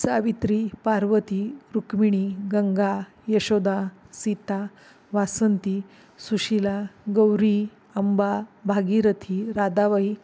Savitri Parvati Rukmini Ganga Yashoda Sita Vasanti Sushila Gauri Amba Bhagirathi Radhabai